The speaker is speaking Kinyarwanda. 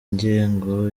ingengo